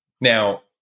Now